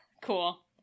Cool